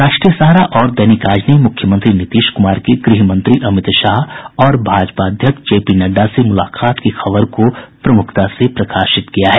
राष्ट्रीय सहारा और दैनिक आज ने मुख्यमंत्री नीतीश कुमार की गृह मंत्री अमित शाह और भाजपा अध्यक्ष जे पी नड्डा से मुलाकात की खबर को प्रमुखता से प्रकाशित किया है